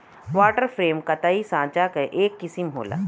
water frame कताई साँचा क एक किसिम होला